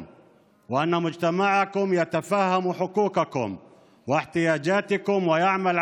והחברה שלכם מבינה היטב את זכויותיכם וצורכיכם ופועלת